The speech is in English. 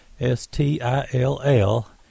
s-t-i-l-l